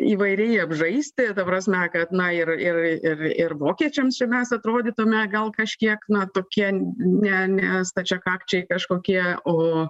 įvairiai apžaisti ta prasme kad na ir ir ir ir vokiečiams čia mes atrodytume gal kažkiek na tokie ne ne stačiakakčiai kažkokie o